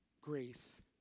grace